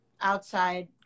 outside